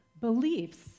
Beliefs